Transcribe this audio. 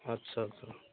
ଆଚ୍ଛା ଆଚ୍ଛା